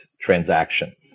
transaction